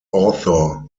author